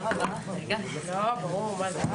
הישיבה ננעלה בשעה 11:00.